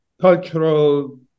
Cultural